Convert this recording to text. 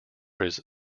his